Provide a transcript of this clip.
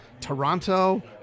Toronto